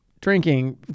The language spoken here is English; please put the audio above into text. Drinking